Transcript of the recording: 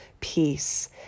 peace